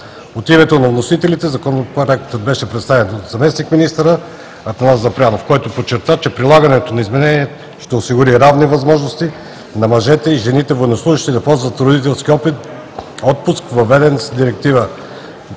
От името на вносителите Законопроектът беше представен от заместник-министъра на отбраната ген. Атанас Запрянов, който подчерта, че предлаганото изменение ще осигури равни възможности на мъжете и жените военнослужещи да ползват родителския отпуск, въведен с Директива